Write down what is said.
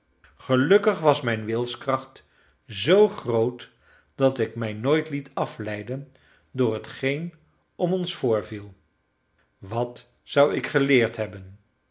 gelukkig was mijn wilskracht zoo groot dat ik mij nooit liet afleiden door hetgeen om ons voorviel wat zou ik geleerd hebben